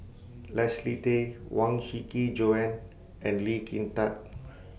Leslie Tay Huang Shiqi Joan and Lee Kin Tat